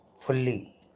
fully